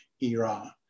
Iran